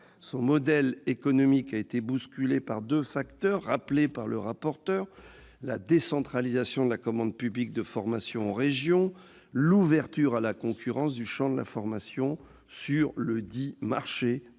Son modèle économique a été bousculé par deux facteurs rappelés par le rapporteur : la décentralisation de la commande publique de formation aux régions, l'ouverture à la concurrence du champ de la formation sur le « marché